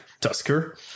Tusker